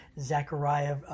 Zechariah